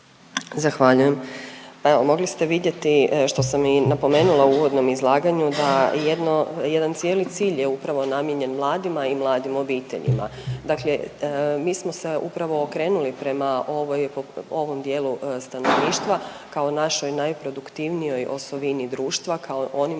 Zahvaljujem. Mogli vidjeti što sam i napomenula u uvodnom izlaganju da jedno, jedan cijeli cilj je upravo namijenjen mladima i mladim obiteljima. Dakle, mi smo se upravo okrenuli prema ovoj, ovom dijelu stanovništva kao našoj najproduktivnijoj osovini društva, kao onima